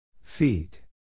feet